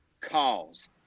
calls